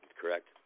Correct